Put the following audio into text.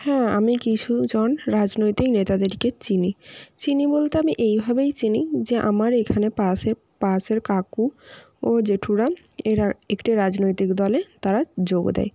হ্যাঁ আমি কিছু জন রাজনৈতিক নেতাদেরকে চিনি চিনি বলতে আমি এইভাবেই চিনি যে আমার এখানে পাশে পাশের কাকু ও জেঠুরা এরা একটি রাজনৈতিক দলে তারা যোগ দেয়